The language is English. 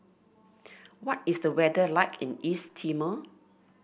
what is the weather like in East Timor